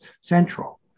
central